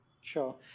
Sure